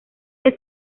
que